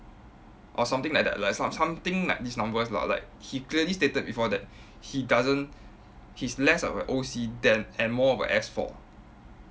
or something like that like some something like this numbers lah like he clearly stated before that he doesn't he's less of a O_C than and more of a S four